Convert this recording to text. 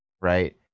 right